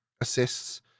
assists